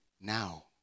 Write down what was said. now